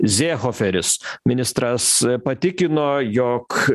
zėhoferis ministras patikino jog